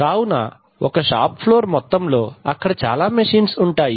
కావున ఒక shop floor మొత్తంలో అక్కడ చాలా మెషిన్స్ ఉంటాయి